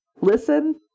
listen